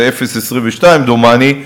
זה 0.22 דומני,